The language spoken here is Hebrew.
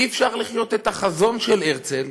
אי-אפשר לחיות את החזון של הרצל,